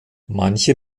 manche